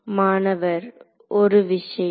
மாணவர் ஒரு விஷயம்